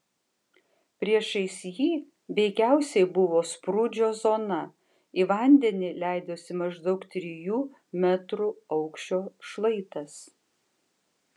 priešais jį veikiausiai buvo sprūdžio zona į vandenį leidosi maždaug trijų metrų aukščio šlaitas